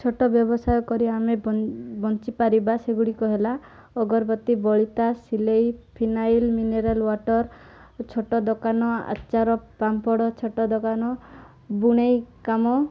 ଛୋଟ ବ୍ୟବସାୟ କରି ଆମେ ବଞ୍ଚିପାରିବା ସେଗୁଡ଼ିକ ହେଲା ଅଗରବତୀ ବଳିତା ସିଲେଇ ଫିନାଇଲ୍ ମିନେରାଲ୍ ୱାଟର୍ ଛୋଟ ଦୋକାନ ଆଚାର ପାମ୍ପଡ଼ ଛୋଟ ଦୋକାନ ବୁଣେଇ କାମ